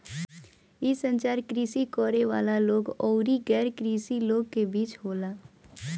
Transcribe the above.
इ संचार कृषि करे वाला लोग अउरी गैर कृषि लोग के बीच होला